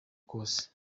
kose